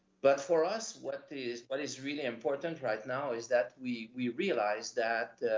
but for us, what is but is really important right now is that we we realize that,